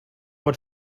pot